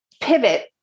pivot